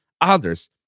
Others